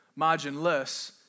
marginless